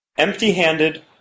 Empty-handed